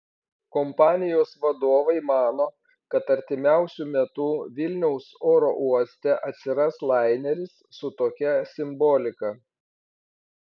kompanijos vadovai mano kad artimiausiu metu vilniaus oro uoste atsiras laineris su tokia simbolika